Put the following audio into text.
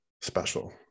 special